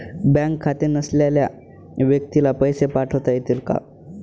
Bank खाते नसलेल्या व्यक्तीला पैसे पाठवता येतील का?